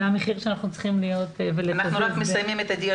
זה המחיר שאנחנו --- אנחנו רק מסיימים את הדיון.